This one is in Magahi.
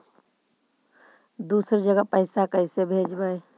दुसरे जगह पैसा कैसे भेजबै?